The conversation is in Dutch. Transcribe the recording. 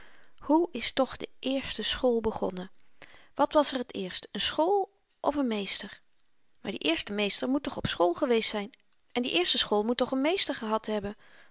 hoe is toch de eerste school begonnen wat was er t eerst n school of n meester maar die eerste meester moet toch op school geweest zyn en die eerste school moet toch n meester gehad hebben